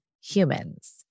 HUMANS